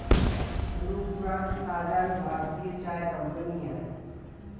Brooke Bond ताज़ा भी भारतीय चाय कंपनी हअ